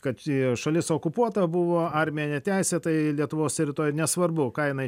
kad e šalis okupuota buvo armija neteisėtai lietuvos teritorijoj nesvarbu ką jinai